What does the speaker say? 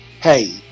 hey